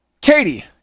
Katie